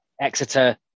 Exeter